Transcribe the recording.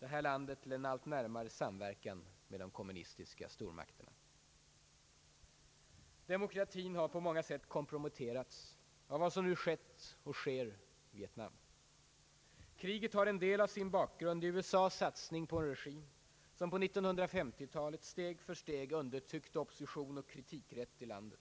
detta land till allt närmare samverkan med de kommunistiska stormakter Na; Demokratin har på många sätt komprometterats av vad som skett och sker i Vietnam. Kriget har en del av sin bakgrund i USA:s satsning på en regim som på 1950-talet steg för steg undertryckte opposition och kritikrätt i landet.